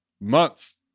Months